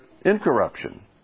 incorruption